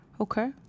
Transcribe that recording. Okay